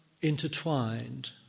intertwined